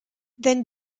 then